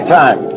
time